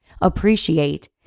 appreciate